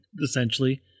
essentially